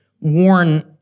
warn